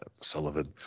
Sullivan